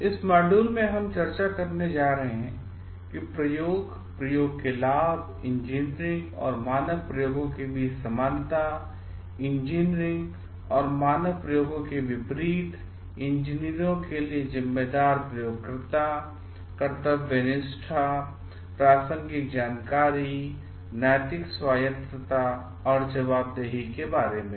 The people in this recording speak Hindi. इस मॉड्यूल में हम चर्चा करने जा रहे हैं प्रयोग प्रयोग के लाभ इंजीनियरिंग और मानक प्रयोगों के बीच समानता इंजीनियरिंग और मानक प्रयोगों के विपरीत इंजीनियरों के लिए जिम्मेदार प्रयोगकर्ता कर्तव्यनिष्ठा प्रासंगिक जानकारी नैतिक स्वायत्तता और जवाबदेही के बारे में